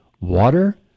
water